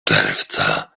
czerwca